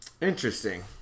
Interesting